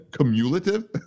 Cumulative